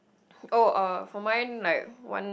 oh uh for mine like one